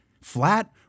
Flat